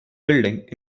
building